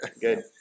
good